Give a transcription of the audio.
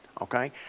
Okay